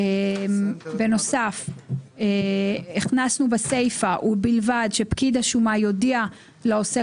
בסיפה הכנסנו "ובלבד שפקיד השומה יודיע לעוסק